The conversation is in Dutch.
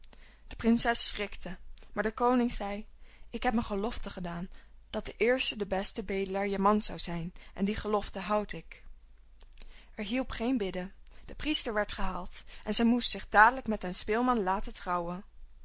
de prinses schrikte maar de koning zei ik heb een gelofte gedaan dat de eerste de beste bedelaar je man zou zijn en die gelofte houd ik er hielp geen bidden de priester werd gehaald en zij moest zich dadelijk met den speelman laten trouwen